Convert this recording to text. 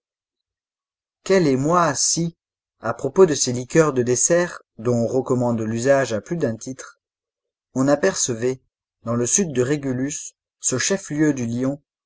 quel émoi si à propos de ces liqueurs de dessert dont on recommande l'usage à plus d'un titre on apercevait dans le sud de régulus ce chef-lieu du lion